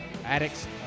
Addicts